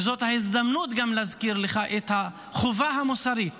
וזאת ההזדמנות גם להזכיר לך את החובה המוסרית